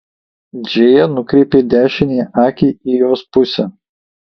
džėja nukreipė dešiniąją akį į jos pusę